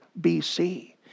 BC